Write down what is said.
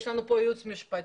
יש לנו כאן ייעוץ משפטי,